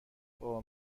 اوه